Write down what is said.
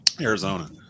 Arizona